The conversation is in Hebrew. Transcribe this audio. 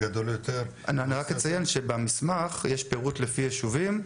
אני רק אציין שבמסמך יש פירוט לפי יישובים,